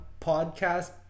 podcast